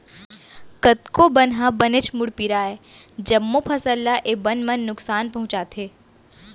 कतको बन ह बनेच मुड़पीरा अय, जम्मो फसल ल ए बन मन नुकसान पहुँचाथे